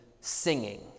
singing